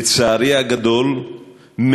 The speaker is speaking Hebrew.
לצערי הגדול,